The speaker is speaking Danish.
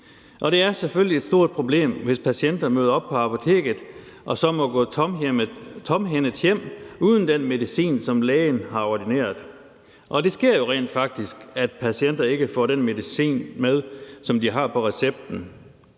Det er selvfølgelig et stort problem, hvis patienter møder op på apoteket og så må gå tomhændet hjem uden den medicin, som lægen har ordineret. Det sker jo rent faktisk, at patienter ikke får den medicin med, som de har på recepten.